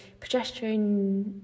progesterone